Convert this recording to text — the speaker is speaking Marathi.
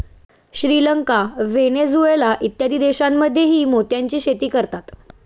श्रीलंका, व्हेनेझुएला इत्यादी देशांमध्येही मोत्याची शेती करतात